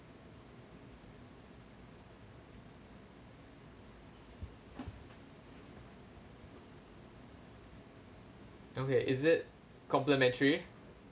okay is it complementary